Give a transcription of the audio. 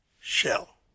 shell